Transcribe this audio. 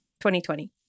2020